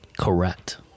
Correct